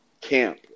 camp